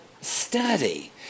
study